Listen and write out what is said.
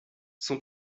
son